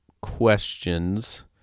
questions